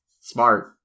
smart